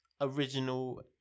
original